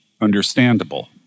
understandable